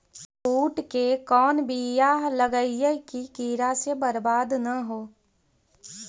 बुंट के कौन बियाह लगइयै कि कीड़ा से बरबाद न हो?